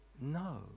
no